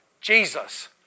Jesus